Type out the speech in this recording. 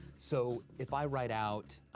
so, if i write out,